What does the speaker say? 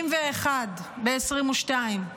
31 ב-2022,